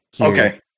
okay